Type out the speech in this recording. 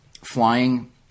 flying